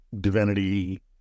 divinity